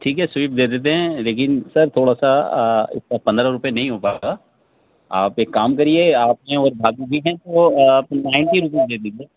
ٹھیک ہے سویفٹ دے دیتے ہیں لیکن سر تھوڑا سا اس کا پندرہ روپے نہیں ہو پائے گا آپ ایک کام کریے آپ ہیں اور بھابھی بھی ہیں تو آپ نائنٹی روپیز دے دیجیے